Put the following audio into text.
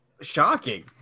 Shocking